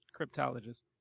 Cryptologist